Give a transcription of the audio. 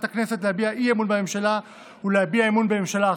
הכנסת להביע אי-אמון בממשלה ולהביע אמון בממשלה אחרת.